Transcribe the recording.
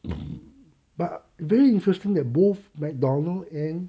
but very interesting that both McDonald's and